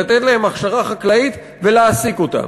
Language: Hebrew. לתת להם הכשרה חקלאית ולהעסיק אותם.